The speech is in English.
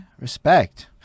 Respect